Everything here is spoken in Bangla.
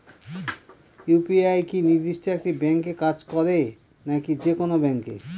ইউ.পি.আই কি নির্দিষ্ট একটি ব্যাংকে কাজ করে নাকি যে কোনো ব্যাংকে?